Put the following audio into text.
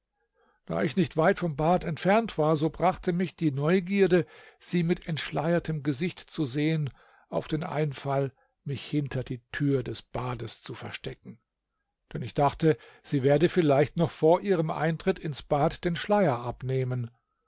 da ich nicht weit vom bad entfernt war so brachte mich die neugierde sie mit entschleiertem gesicht zu sehen auf den einfall mich hinter die tür des bades zu verstecken denn ich dachte sie werde vielleicht noch vor ihrem eintritt ins bad den schleier abnehmen